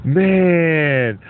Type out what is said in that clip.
man